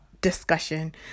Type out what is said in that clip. discussion